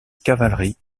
cavalerie